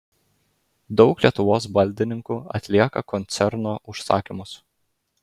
daug lietuvos baldininkų atlieka koncerno užsakymus